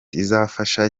izafasha